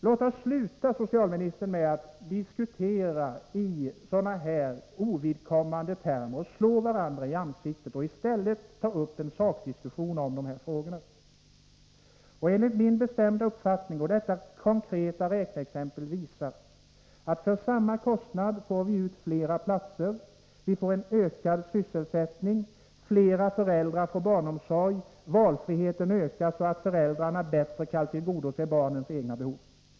Låt oss sluta att diskutera i sådana ovidkommande termer och slå varandra i ansiktet, låt oss i stället ta upp en sakdiskussion om de här frågorna. Mitt konkreta räkneexempel visar att för samma kostnad får vi ut fler platser och får ökad sysselsättning, fler föräldrar får barnomsorg, och valfriheten ökar så att föräldrarna bättre kan tillgodose barnens egna behov.